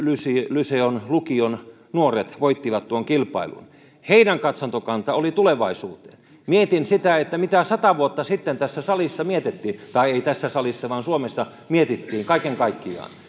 lyseon lukion nuoret voittivat tuon kilpailun heidän katsantokantansa oli tulevaisuuteen mietin sitä mitä sata vuotta sitten tässä salissa mietittiin tai ei tässä salissa vaan suomessa mietittiin kaiken kaikkiaan